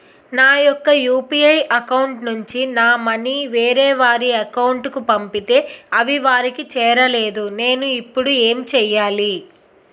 నా యెక్క UPI account నుంచి నా మనీ వేరే వారి అకౌంట్ కు పంపితే అవి వారికి చేరలేదు నేను ఇప్పుడు ఎమ్ చేయాలి?